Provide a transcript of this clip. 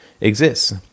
exists